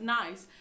nice